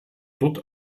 dort